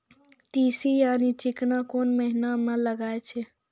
तीसी यानि चिकना कोन महिना म लगाय छै?